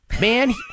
Man